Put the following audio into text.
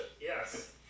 Yes